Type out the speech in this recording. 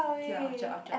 okay lah Orchard Orchard